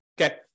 Okay